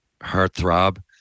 heartthrob